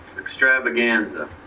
extravaganza